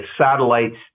satellites